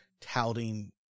touting